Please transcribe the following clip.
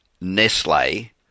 Nestle